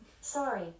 Sorry